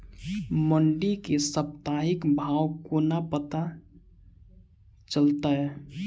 मंडी केँ साप्ताहिक भाव कोना पत्ता चलतै?